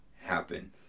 happen